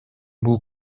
бул